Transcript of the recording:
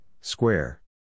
square